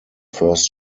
first